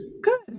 Good